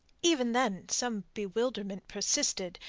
even then some bewilderment persisted,